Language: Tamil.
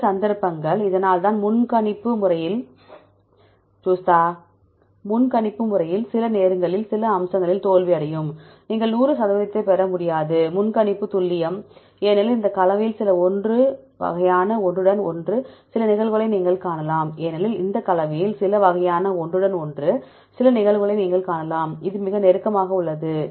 சில சந்தர்ப்பங்கள் இதனால்தான் முன்கணிப்பு முறைகள் சில நேரங்களில் சில அம்சங்களில் தோல்வியடையும் நீங்கள் 100 சதவீதத்தைப் பெற முடியாது முன்கணிப்பு துல்லியம் ஏனெனில் இந்த கலவையில் சில வகையான ஒன்றுடன் ஒன்று சில நிகழ்வுகளை நீங்கள் காணலாம் இது மிக நெருக்கமாக உள்ளது